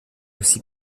aussi